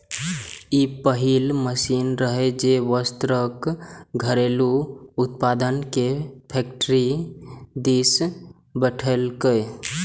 ई पहिल मशीन रहै, जे वस्त्रक घरेलू उत्पादन कें फैक्टरी दिस बढ़ेलकै